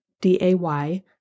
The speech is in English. D-A-Y